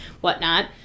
whatnot